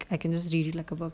I can just read you like a book